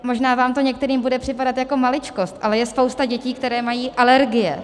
Možná vám to některým bude připadat jako maličkost, ale je spousta dětí, které mají alergie.